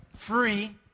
free